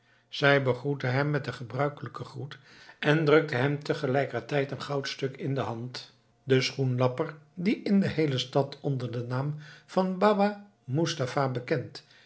zij begroette hem met den gebruikelijken groet en drukte hem tegelijkertijd een goudstuk in de hand de schoenlapper die in de heele stad onder den naam van baba moestapha bekend